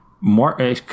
more